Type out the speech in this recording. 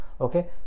Okay